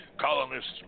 Colonists